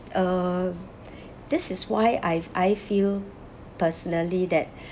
uh this is why I I feel personally that